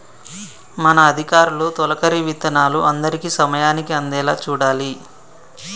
మన అధికారులు తొలకరి విత్తనాలు అందరికీ సమయానికి అందేలా చూడాలి